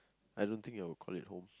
I don't think I'll call it home